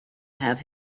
have